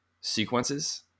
sequences